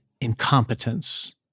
incompetence